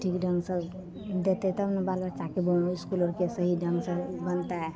ठीक ढङ्गसँ देतै तब ने बाल बच्चाके इसकुल आओरके सही ढङ्गसँ बनतय